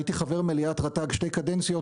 הייתי חבר מליאת רט"ג שתי קדנציות,